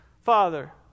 Father